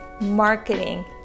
marketing